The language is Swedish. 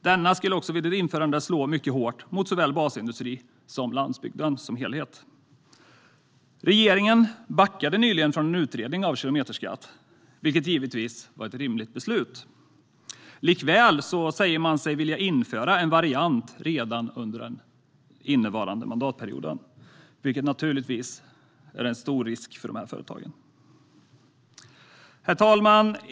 Denna skulle vid ett införande slå mycket hårt mot såväl basindustrin som landsbygden som helhet. Regeringen backade nyligen från en utredning av kilometerskatt, vilket givetvis var ett rimligt beslut. Likväl säger man sig vilja införa en variant redan under den innevarande mandatperioden, vilket naturligtvis är en stor risk för dessa företag. Herr talman!